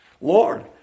Lord